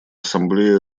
ассамблея